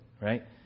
right